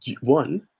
one